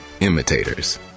imitators